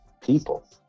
people